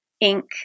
ink